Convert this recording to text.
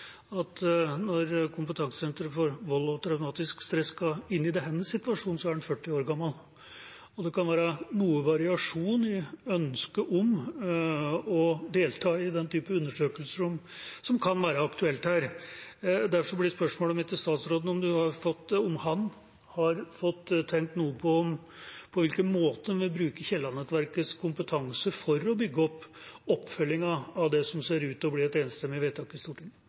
at når kunnskapssenteret om vold og traumatisk stress skal inn i denne situasjonen, er den 40 år gammel. Det kan være noe variasjon i ønsket om å delta i den type undersøkelse som kan være aktuell her. Derfor blir spørsmålet mitt til statsråden om han har fått tenkt noe på hvilken måte vi kan bruke Kielland-nettverkets kompetanse til å bygge opp oppfølgingen av det som ser ut til å bli et enstemmig vedtak i Stortinget.